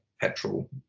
petrol